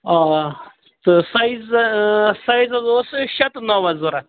آ تہٕ size size حظ اوس شےٚ تہٕ نو حظ ضروٗرت